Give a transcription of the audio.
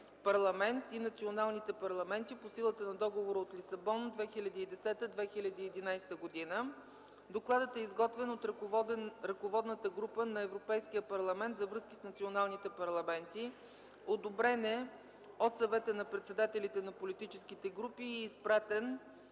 парламент и националните парламенти по силата на Договора от Лисабон – 2010 2011 г.”. Докладът е изготвен от Ръководната група на Европейския парламент за връзка с националните парламенти. Одобрен е от Съвета на председателите на политическите групи. Изпратен